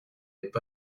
n’êtes